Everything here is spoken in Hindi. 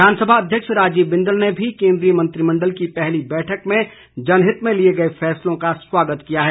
विधानसभा अध्यक्ष राजीव बिंदल ने भी केंद्रीय मंत्रिमण्डल की पहली बैठक में जनहित में लिए गए फैसलों का स्वागत किया है